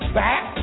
back